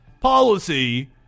policy